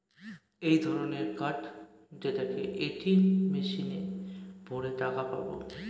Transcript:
এক ধরনের কার্ড যেটাকে এ.টি.এম মেশিনে ভোরে টাকা পাবো